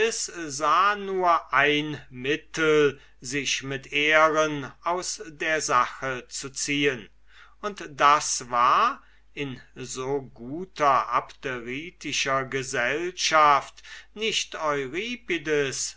nur ein mittel sich mit ehren aus der sache zu ziehen und das war in so guter abderitischer gesellschaft nicht